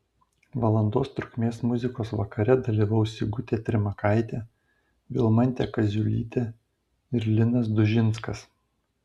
valandos trukmės muzikos vakare dalyvaus sigutė trimakaitė vilmantė kaziulytė ir linas dužinskas